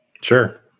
Sure